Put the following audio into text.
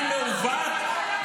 יש לה עולם ערכים מעוות,